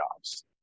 jobs